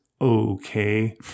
Okay